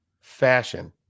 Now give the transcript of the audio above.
fashion